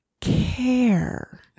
care